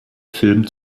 film